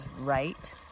right